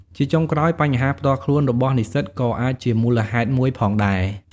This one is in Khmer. ជាចុងក្រោយ បញ្ហាផ្ទាល់ខ្លួន របស់និស្សិតក៏អាចជាមូលហេតុមួយផងដែរ។